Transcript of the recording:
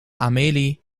amélie